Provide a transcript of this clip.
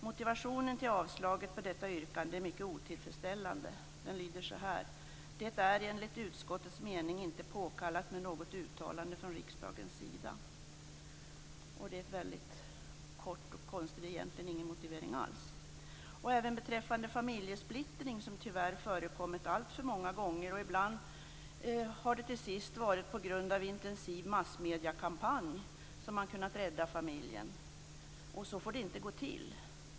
Motiveringen till avstyrkandet av detta yrkande är mycket otillfredsställande, nämligen att det enligt utskottets meningen inte är påkallat med något uttalande från riksdagens sida. Det är egentligen inte någon motivering alls. Familjesplittring förekommer tyvärr alltför ofta. Ibland har det varit tack vare en intensiv massmediekampanj som en familj har räddats. Så får det inte gå till.